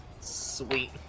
Sweet